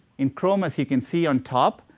in chrome as you can see on top,